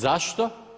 Zašto?